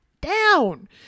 down